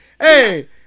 Hey